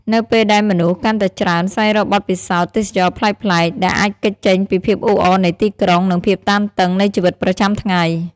នៅពេលដែលមនុស្សកាន់តែច្រើនស្វែងរកបទពិសោធន៍ទេសចរណ៍ប្លែកៗ ដែលអាចគេចចេញពីភាពអ៊ូអរនៃទីក្រុង និងភាពតានតឹងនៃជីវិតប្រចាំថ្ងៃ។